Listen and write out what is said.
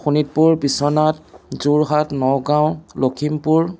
Sonitpur Biswanath Jorhat Nagaon Lakhimpur